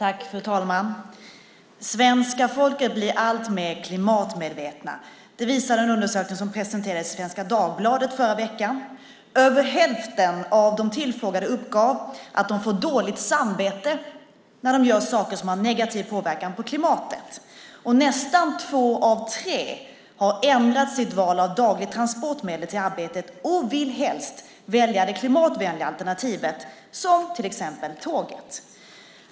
Fru talman! Svenska folket blir alltmer klimatmedvetet. Det visar en undersökning som presenterades i Svenska Dagbladet förra veckan. Över hälften av de tillfrågade uppgav att de får dåligt samvete när de gör saker som har negativ påverkan på klimatet. Nästan två av tre har ändrat sitt val av dagligt transportmedel till arbetet och vill helst välja ett klimatvänligt alternativ, till exempel tåget.